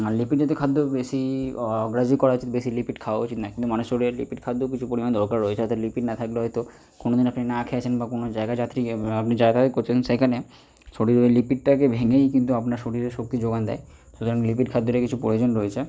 আর lipid জাতীয় খাদ্য বেশি অ অগ্রাহ্যই করা উচিত বেশি লিপিড খাওয়া উচিত নয় কিন্তু মানুষের শরীরে লিপিড খাদ্যও কিছু পরিমাণ দরকার হয় যাতে লিপিড না থাকলে হয়তো কোনো দিনও আপনি না খেয়ে আছেন বা কোনো জায়গায় যাত্রীকে আপনি যাতায়াত করছেন সেইখানে শরীরে ওই লিপিডটাকে ভেঙেই কিন্তু আপনার শরীরে শক্তি যোগান দেয় সুতারং লিপিড খাদ্যটা কিছু প্রয়োজন রয়েছে